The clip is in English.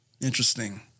Interesting